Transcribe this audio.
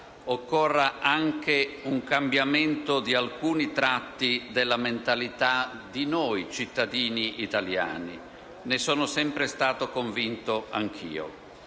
occorra anche un cambiamento di alcuni tratti della mentalità di noi cittadini italiani. Ne sono sempre stato convinto anch'io.